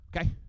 Okay